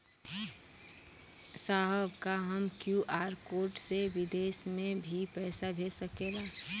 साहब का हम क्यू.आर कोड से बिदेश में भी पैसा भेज सकेला?